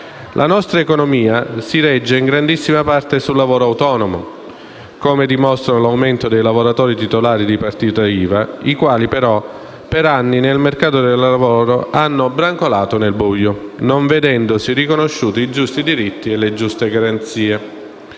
La nostra economia si regge in grandissima parte sul lavoro autonomo, come dimostrato dall’aumento dei lavoratori titolari di partita IVA, i quali però per anni nel mercato del lavoro hanno brancolato nel buio, non vedendosi riconosciuti giusti diritti e garanzie.